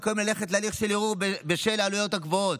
כיום ללכת להליך הערעור בשל העלויות הגבוהות,